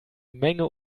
menge